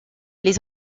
les